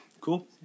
Cool